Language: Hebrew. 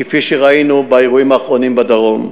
כפי שראינו באירועים האחרונים בדרום.